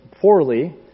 poorly